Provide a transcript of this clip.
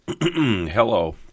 hello